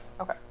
Okay